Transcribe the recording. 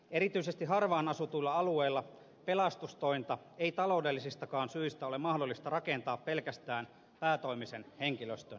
erityisesti harvaanasutuilla alueilla pelastustointa ei taloudellisistakaan syistä ole mahdollista rakentaa pelkästään päätoimisen henkilöstön varaan